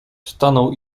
stanął